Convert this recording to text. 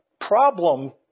problem